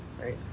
right